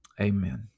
Amen